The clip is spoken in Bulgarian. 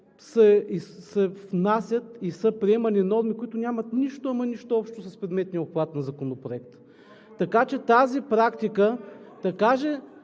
се внасят и са приемани норми, които нямат нищо, ама нищо общо, с предметния обхват на Законопроекта. Така че тази практика… (Реплики